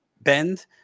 bend